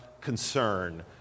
concern